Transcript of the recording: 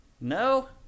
No